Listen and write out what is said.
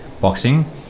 boxing